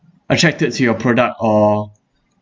attracted to your product or